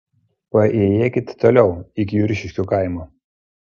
paėjėkit toliau iki juršiškių kaimo